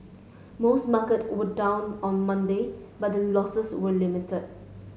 most market were down on Monday but the losses were limited